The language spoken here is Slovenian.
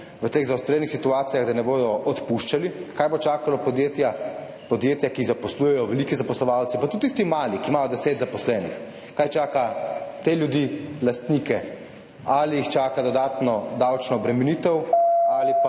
v teh zaostrenih situacijah, da ne bodo odpuščala? Kaj bo čakalo podjetja, ki zaposlujejo, veliki zaposlovalci, pa tudi tiste male, ki imajo 10 zaposlenih, kaj čaka te ljudi, lastnike? Ali jih čaka dodatna davčna obremenitev ali pa